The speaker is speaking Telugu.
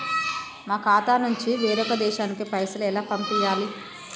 మా ఖాతా నుంచి వేరొక దేశానికి పైసలు ఎలా పంపియ్యాలి?